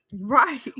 right